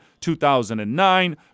2009